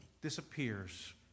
disappears